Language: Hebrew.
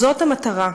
זאת המטרה.